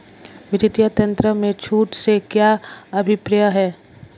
वित्तीय तंत्र में छूट से क्या अभिप्राय है?